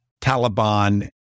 Taliban